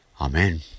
Amen